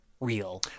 real